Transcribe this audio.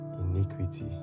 iniquity